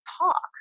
talk